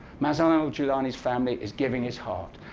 mazen ah joulani's family is giving his heart.